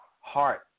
heart